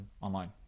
online